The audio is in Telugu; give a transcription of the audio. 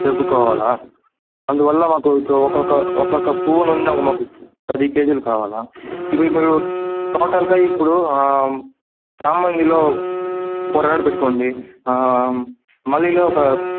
జరుపుకోవాలి అందువల్ల మాకు ఇప్పుడు ఒకొక్క ఒకొక్క పువ్వు నుండి మాకు పది కేజీలు కావాలా ఇప్పుడు మీరు తోటంతా ఇప్పుడు చామంతిలో ఫోర్ హండ్రడ్ పెట్టుకోండి మల్లిలో ఒక